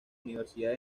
universidad